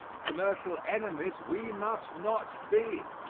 commercial enemies we must not be.